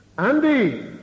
Andy